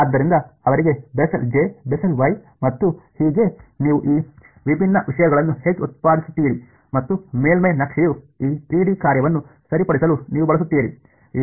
ಆದ್ದರಿಂದ ಅವರಿಗೆ Bessel J Bessel Y ಮತ್ತು ಹೀಗೆ ನೀವು ಈ ವಿಭಿನ್ನ ವಿಷಯಗಳನ್ನು ಹೇಗೆ ಉತ್ಪಾದಿಸುತ್ತೀರಿ ಮತ್ತು ಮೇಲ್ಮೈ ನಕ್ಷೆಯು ಈ 3 ಡಿ ಕಾರ್ಯವನ್ನು ಸರಿಪಡಿಸಲು ನೀವು ಬಳಸುತ್ತೀರಿ